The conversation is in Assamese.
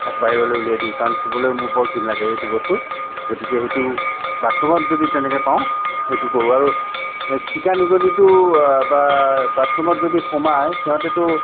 তাক বাহিৰলৈ উলিয়াই দিওঁ কাৰণ চুবলৈ মোৰ বৰ ঘিণ লাগে এইটো বস্তু গতিকে সেইটো বাথৰুমত যদি তেনেকে পাওঁ সেইটো কৰোঁ আৰু এই চিকা নিগনিটো বা বা বাথৰুমত যদি সোমাই সিহঁতেটো